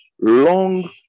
long